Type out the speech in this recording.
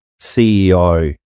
CEO